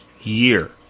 year